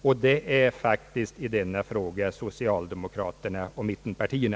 — De senare är faktiskt i denna fråga socialdemokraterna och mittenpartierna.